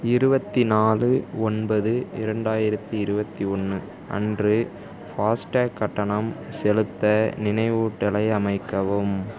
இருபத்தி நாலு ஒன்பது இரண்டாயிரத்தி இருபத்தி ஒன்று அன்று ஃபாஸ்டேக் கட்டணம் செலுத்த நினைவூட்டலை அமைக்கவும்